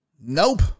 nope